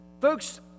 folks